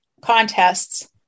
contests